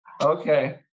Okay